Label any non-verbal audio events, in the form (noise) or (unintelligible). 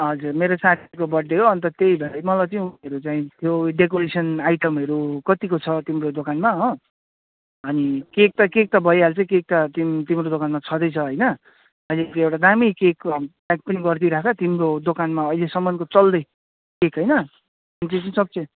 हजुर मेरो साथीको बर्थडे हो अन्त त्यही भएर मलाई चाहिँ उयोहरू चाहिन्थ्यो डेकोरेसन आइटमहरू कतिको छ तिम्रो दोकानमा हो अनि केक त केक त भइहाल्छ केक त तिम तिम्रो दोकानमा छँदैछ होइन अहिलेको एउटा दामी केक प्याक पनि गरिदिइराख तिम्रो दोकानमा अहिलेसम्मको चल्दै केक होइन जुन (unintelligible)